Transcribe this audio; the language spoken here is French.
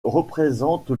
représente